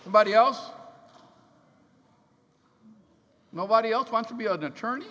you body else nobody else wants to be an attorney